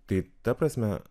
tai ta prasme